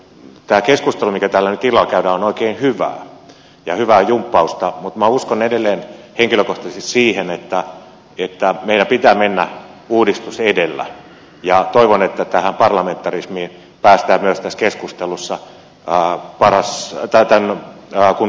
tämä keskustelu mikä täällä nyt illalla käydään on oikein hyvää ja hyvää jumppausta mutta minä uskon edelleen henkilökohtaisesti siihen että meidän pitää mennä uudistus edellä ja toivon että tähän parlamentarismiin päästään myös tässä keskustelussa kuntauudistusprosessin aikana